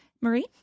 Marie